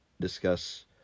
discuss